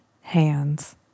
hands